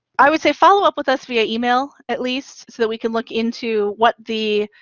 i would say follow up with us via email at least so that we can look into what the,